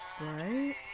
Right